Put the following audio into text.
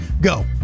go